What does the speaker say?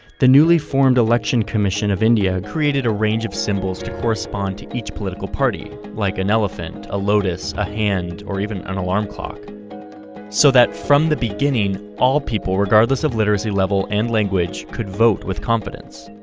the newly formed election commission of india created a range of symbols to correspond to each political party, like an elephant, a lotus, a hand or even an alarm clock so that from the beginning all people regardless of literacy level and language could vote with confidence.